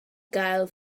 gael